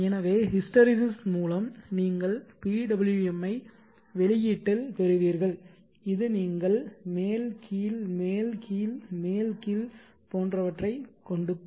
எனவே ஹிஸ்டெரெசிஸ் மூலம் நீங்கள் PWM ஐ வெளியீட்டில் பெறுவீர்கள் இது நீங்கள் மேல் கீழ் மேல் கீழ் மேல் கீழ் போன்றவற்றைக் கொடுக்கும்